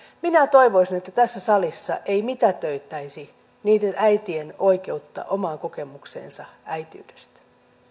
minä toivoisin että tässä salissa ei mitätöitäisi niiden äitien oikeutta omaan kokemukseensa äitiydestä